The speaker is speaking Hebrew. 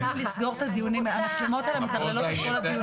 שיכולים לתרום מאוד לוועדה הזאת,